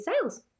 sales